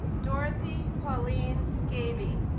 dorothy pauline gaby